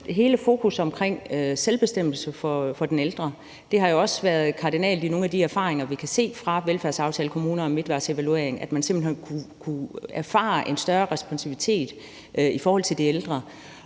på hele fokusset på selvbestemmelse for den ældre. Det har også været kardinalt i nogle af de erfaringer, vi kan se fra velfærdsaftalekommunerne og midtvejsevalueringen; man kunne simpelt hen erfare en større responsivitet i forhold til de ældre.